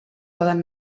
poden